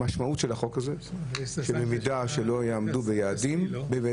המשמעות של החוק הזה שבמידה ולא יעמדו ביעדים --- נכון,